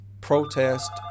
protest